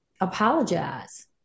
apologize